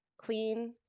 clean